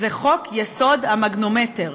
זה חוק-יסוד: המגנומטר.